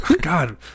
God